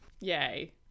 Yay